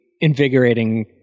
invigorating